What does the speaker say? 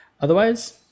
otherwise